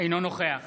אינו נוכח